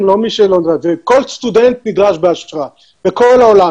כל סטודנט נדרש באשרה בכל העולם.